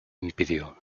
impidió